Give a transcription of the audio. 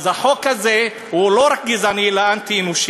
אז החוק הזה הוא לא רק גזעני, אלא אנטי-אנושי.